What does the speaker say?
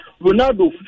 Ronaldo